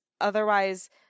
otherwise